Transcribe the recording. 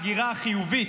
ההגירה החיובית,